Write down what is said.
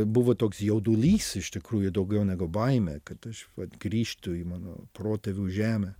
buvo toks jaudulys iš tikrųjų daugiau negu baimė kad aš vat grįžtu į mano protėvių žemę